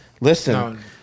Listen